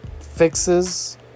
fixes